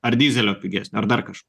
ar dyzelio pigesnio ar dar kažko